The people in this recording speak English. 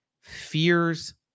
fears